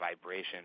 vibration